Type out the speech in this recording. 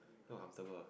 not comfortable